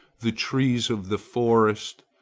the trees of the forest,